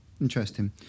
interesting